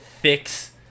fix